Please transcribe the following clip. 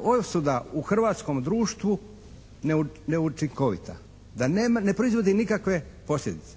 osuda u hrvatskom sudu neučinkovita, da ne proizvodi nikakve posljedice.